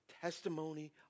testimony